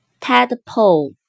tadpole